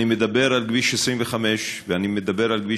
אני מדבר על כביש 25 ואני מדבר על כביש